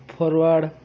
forward